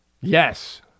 Yes